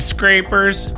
Scrapers